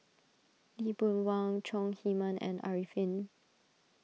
Lee Boon Wang Chong Heman and Arifin